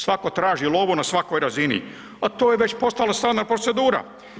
Svako traži lovu na svakoj razini, a to je već postala stalna procedura.